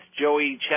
Joey